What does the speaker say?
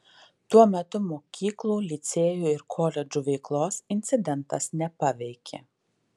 tuo metu mokyklų licėjų ir koledžų veiklos incidentas nepaveikė